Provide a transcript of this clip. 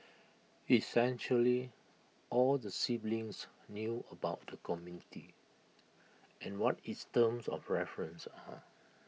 essentially all the siblings knew about the committee and what its terms of reference are